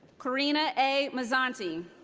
korina a. mazzante.